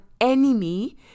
enemy